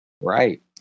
Right